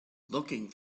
looking